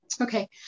okay